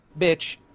Bitch